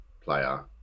player